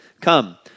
Come